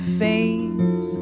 face